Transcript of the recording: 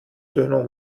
döner